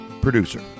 producer